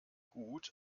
gut